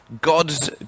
God's